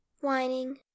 Whining